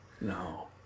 No